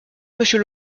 monsieur